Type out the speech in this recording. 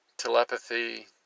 telepathy